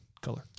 color